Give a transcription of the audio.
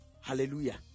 Hallelujah